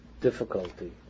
difficulty